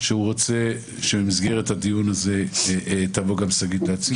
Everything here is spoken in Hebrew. שהוא רוצה שבמסגרת הדיון הזה תבוא גם שגית להציג את זה?